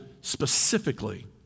specifically